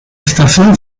estación